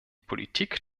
politik